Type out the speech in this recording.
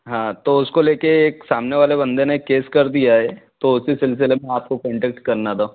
हाँ तो उसको ले कर एक सामने वाले बंदे ने केस कर दिया है तो उसी सिलसिले में आपको कंटेक्ट करना था